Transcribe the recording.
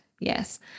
Yes